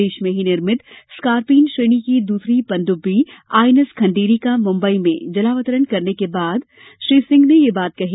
देश में ही निर्मित स्कारपीन श्रेणी की दूसरी पनड़ब्बी आई एन एस खंडेरी का मुंबई में जलावतरण करने के बाद श्री सिंह ने ये बात कही